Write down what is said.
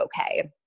okay